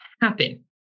happen